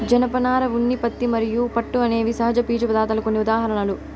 జనపనార, ఉన్ని, పత్తి మరియు పట్టు అనేవి సహజ పీచు పదార్ధాలకు కొన్ని ఉదాహరణలు